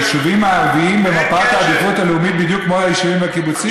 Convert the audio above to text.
היישובים הערביים במפת העדיפות הלאומית בדיוק כמו המושבים והקיבוצים?